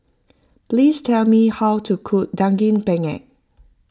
please tell me how to cook Daging Penyet